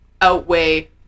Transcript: outweigh